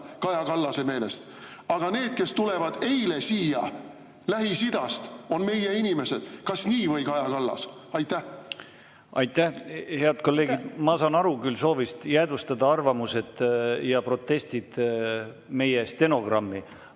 Kaja Kallase meelest, aga need, kes tulid eile siia Lähis-Idast, on meie inimesed. Kas nii või, Kaja Kallas? Aitäh! Head kolleegid, ma saan aru küll soovist jäädvustada arvamused ja protestid meie stenogrammi,